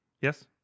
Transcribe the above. Yes